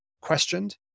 questioned